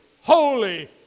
holy